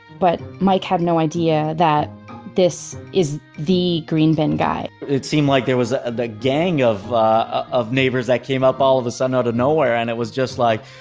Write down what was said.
but mike had no idea that this is the green bin guy. it seemed like there was a gang of ah of neighbors that came up all of a sudden out of nowhere. and it was just like,